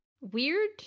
weird